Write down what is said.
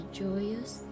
joyous